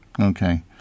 Okay